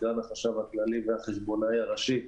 סגן החשב הכללי והחשבונאי הראשי.